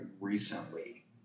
recently